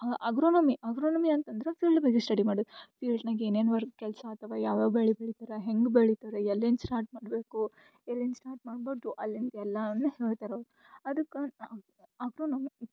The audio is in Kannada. ಅ ಅಗ್ರೋನಮಿ ಅಗ್ರೋನಮಿ ಅಂತಂದ್ರೆ ಫೀಲ್ಡ್ ಬಗ್ಗೆ ಸ್ಟಡಿ ಮಾಡ್ಬೇಕು ಫೀಲ್ಡ್ನಾಗೆ ಏನೇನು ವರ್ಕ್ ಕೆಲಸ ಆತವ ಯಾವ್ಯಾವ ಬೆಳೆ ಬೆಳಿತೀರಾ ಹೆಂಗೆ ಬೆಳಿತಾರೆ ಎಲ್ಲಿಂದ ಸ್ಟಾರ್ಟ್ ಮಾಡಬೇಕು ಎಲ್ಲಿಂದ ಸ್ಟಾರ್ಟ್ ಮಾಡಬಾರ್ದು ಅಲ್ಲಿಂದ ಎಲ್ಲಾ ಹೇಳ್ತಾರೆ ಅವ್ರು ಅದ್ಕ ಆಗ್ರೋನೊಮಿ